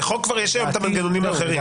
לחוק יש כבר היום מנגנונים אחרים.